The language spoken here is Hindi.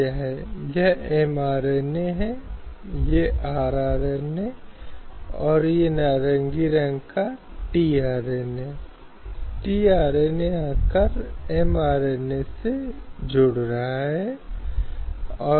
अब भारतीय संविधान का यह अनुच्छेद 44 राज्य को अपने नागरिकों के लिए सुरक्षित करने का निर्देश देता है जो भारत के पूरे क्षेत्र में समान नागरिक संहिता लागू हैं